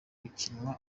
gukinwa